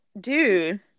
Dude